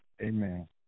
Amen